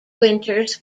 winters